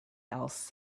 else